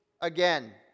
again